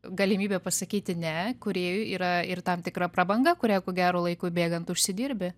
galimybė pasakyti ne kūrėjui yra ir tam tikra prabanga kurią ko gero laikui bėgant užsidirbi